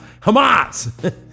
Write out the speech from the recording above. Hamas